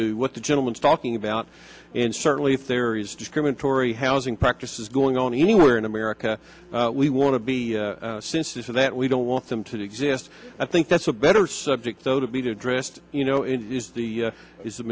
to what the gentleman is talking about and certainly if there is discriminatory housing practices going on anywhere in america we want to be sincere that we don't want them to exist i think that's a better subject though to be addressed you know it is the is the